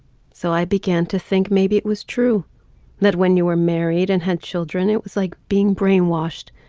so i began to think maybe it was true that when you were married and had children it was like being brainwashed.